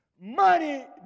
Money